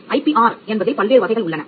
IPR என்பதில் பல்வேறு வகைகள் உள்ளன